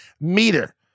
Meter